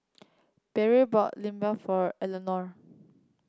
Perry bought Limbap for Eleanore